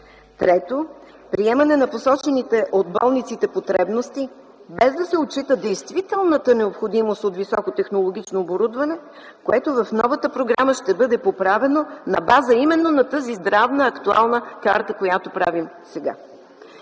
3. Приемане на посочените от болниците потребности без да се отчита действителната необходимост от високотехнологично оборудване, което в новата програма ще бъде поправено на база именно на тази здравна актуална карта, която правим сега.